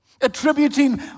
attributing